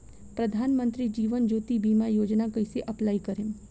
प्रधानमंत्री जीवन ज्योति बीमा योजना कैसे अप्लाई करेम?